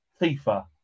FIFA